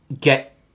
get